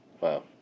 Wow